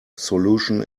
solution